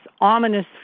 ominous